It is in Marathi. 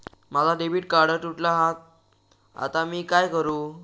माझा डेबिट कार्ड तुटला हा आता मी काय करू?